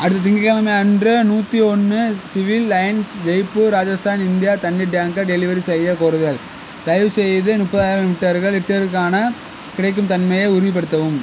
அடுத்த திங்கக்கிழமை அன்று நூற்றி ஒன்று civil lines Jaipur Rajasthan India தண்ணீர் டேங்கர் டெலிவரி செய்யக் கோருதல் தயவுசெய்து முப்பதாயிரம் லிட்டர்கள் லிட்டர்களுக்கான கிடைக்கும் தன்மையை உறுதிப்படுத்தவும்